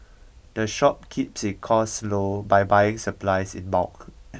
the shop keeps its costs low by buying its supplies in bulk